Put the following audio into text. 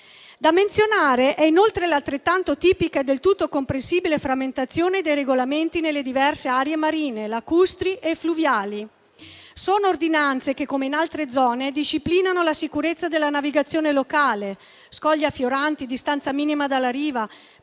Da menzionare è inoltre l'altrettanto tipica e del tutto comprensibile frammentazione dei regolamenti nelle diverse aree marine, lacustri e fluviali. Sono ordinanze che, come in altre zone, disciplinano la sicurezza della navigazione locale (scogli affioranti, distanzia minima dalla riva